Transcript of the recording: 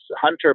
Hunter